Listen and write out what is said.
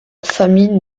famine